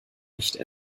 nicht